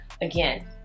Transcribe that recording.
Again